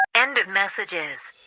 end of messages